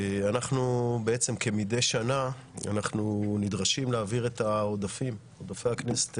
כמדי שנה אנחנו נדרשים להעביר את עודפי הכנסת,